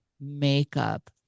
makeup